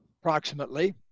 approximately